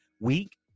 week